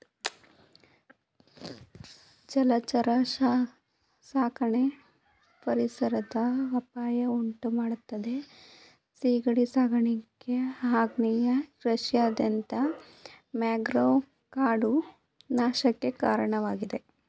ಜಲಚರ ಸಾಕಣೆ ಪರಿಸರದ ಅಪಾಯ ಉಂಟುಮಾಡ್ತದೆ ಸೀಗಡಿ ಸಾಕಾಣಿಕೆ ಆಗ್ನೇಯ ಏಷ್ಯಾದಾದ್ಯಂತ ಮ್ಯಾಂಗ್ರೋವ್ ಕಾಡು ನಾಶಕ್ಕೆ ಕಾರಣವಾಗಿದೆ